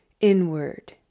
inward